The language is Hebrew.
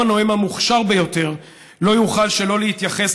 גם הנואם המוכשר ביותר לא יוכל שלא להתייחס